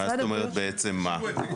מה זאת אומרת בעצם מה?